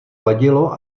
vadilo